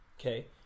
okay